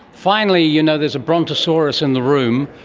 finally, you know there's a brontosaurus in the room,